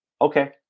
okay